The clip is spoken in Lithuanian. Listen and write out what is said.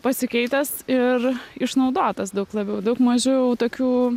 pasikeitęs ir išnaudotas daug labiau daug mažiau tokių